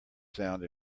sound